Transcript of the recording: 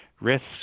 risks